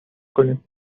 کنیم